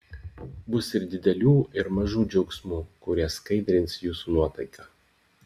bus ir didelių ir mažų džiaugsmų kurie skaidrins jūsų nuotaiką